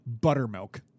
buttermilk